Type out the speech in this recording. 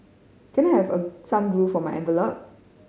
can I have a some glue for my envelope